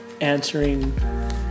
answering